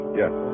yes